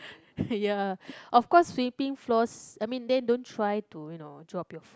ya of course we think floors I mean then don't try to you know drop your